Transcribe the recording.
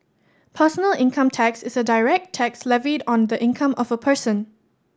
personal income tax is a direct tax levied on the income of a person